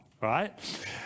right